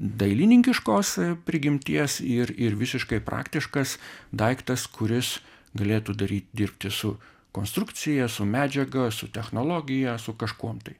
dailininkiškos prigimties ir ir visiškai praktiškas daiktas kuris galėtų daryt dirbti su konstrukcija su medžiaga su technologija su kažkuom tai